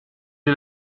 est